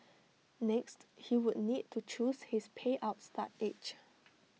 next he would need to choose his payout start age